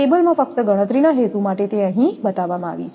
કેબલમાં ફક્ત ગણતરીના હેતુ માટે તે અહીં બતાવવામાં આવી છે